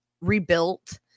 rebuilt